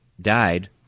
died